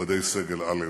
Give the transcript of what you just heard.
מכובדי סגל א',